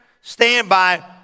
standby